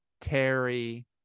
Terry